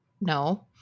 no